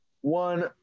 one